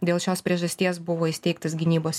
dėl šios priežasties buvo įsteigtas gynybos